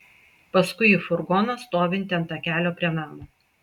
paskui į furgoną stovintį ant takelio prie namo